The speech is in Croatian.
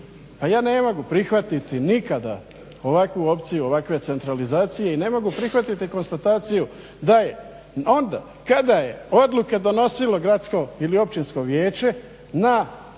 pa ja ne mogu prihvatiti nikada ovakvu opciju ovakve centralizacije i ne mogu prihvatiti konstataciju da je onda kada je odluke donosilo gradsko ili općinsko vijeće na prijedlog